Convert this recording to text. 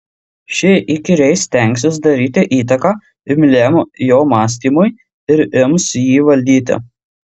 ši įkyriai stengsis daryti įtaką imliam jo mąstymui ir ims jį valdyti